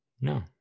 No